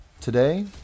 Today